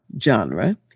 genre